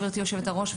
גברתי יושבת הראש,